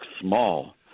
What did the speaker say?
small